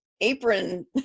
apron